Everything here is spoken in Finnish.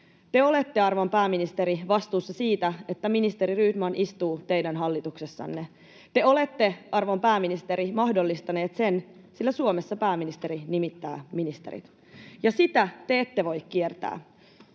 Te olette, arvon pääministeri, vastuussa siitä, että ministeri Rydman istuu teidän hallituksessanne. Te olette, arvon pääministeri, mahdollistanut sen, sillä Suomessa pääministeri nimittää ministerit, ja sitä te ette voi kiertää.